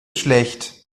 schlecht